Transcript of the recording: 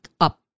up